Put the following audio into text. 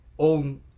own